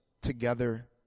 together